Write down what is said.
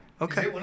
Okay